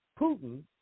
Putin